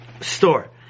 store